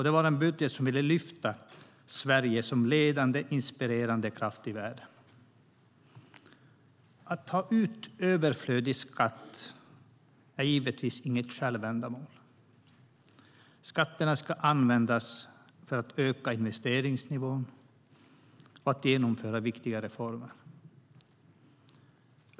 Det var en budget som ville lyfta Sverige som ledande, inspirerande kraft i världen. Att ta ut överflödig skatt är givetvis inget självändamål. Skatterna ska användas för att öka investeringsnivån och att genomföra viktiga reformer.